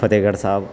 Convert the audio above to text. Fatehgarh Sahib